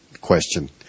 question